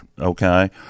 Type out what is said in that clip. okay